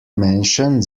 menschen